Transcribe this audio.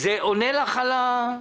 זה עונה לך על מה שביקשת?